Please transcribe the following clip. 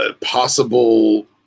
possible